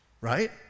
right